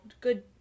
good